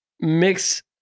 mix